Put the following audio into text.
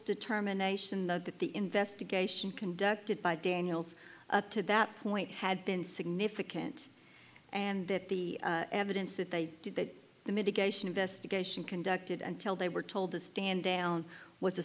determination that that the investigation conducted by daniels to that point had been significant and that the evidence that they did that the mitigation investigation conducted and tell they were told to stand down w